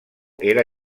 era